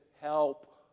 help